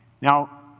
Now